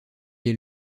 est